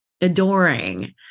adoring